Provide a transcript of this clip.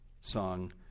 song